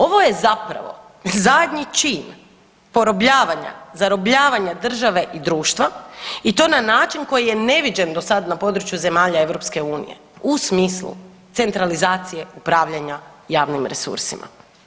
Ovo je zapravo zadnji čin porobljavanja, zarobljavanja države i društva i to na način koji je neviđen do sada na području zemalja Europske unije u smislu centralizacije upravljanja javnim resursima.